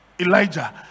elijah